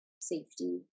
safety